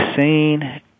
seen